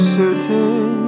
certain